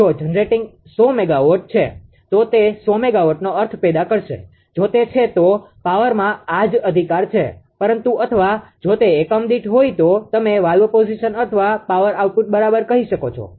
જો generating 100 megawatt છે તો તે 100 મેગાવોટનો અર્થ પેદા કરશે જો તે છે તો પાવરમાં આ જ અધિકાર છે પરંતુ અથવા જો તે એકમ દીઠ હોય તો તમે વાલ્વ પોઝિશન અથવા પાવર આઉટપુટ બરાબર કહી શકો છો